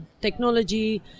technology